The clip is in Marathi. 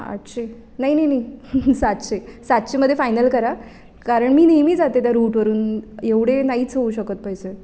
आठशे नाही नाही नाही सातशे सातशेमध्ये फायनल करा कारण मी नेहमी जाते त्या रूटवरून एवढे नाहीच होऊ शकत पैसे